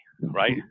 right